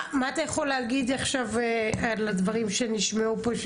מה אתה יכול להגיד עכשיו לדברים שנשמעו פה,